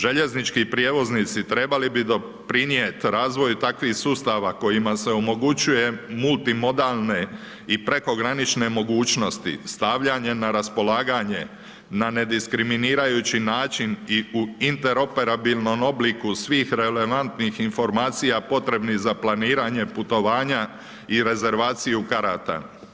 Željeznički prijevoznici trebali bi doprinijeti razvoj takvih sustava, kojemu se omogućuje multimodalne i prekogranične mogućnosti, stavljanje na raspolaganje na nediskriminirajuću način i u interoperabilnom obliku svih relevantnih informacija potrebnih za planiranje putovanja i rezervaciju karata.